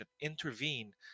intervene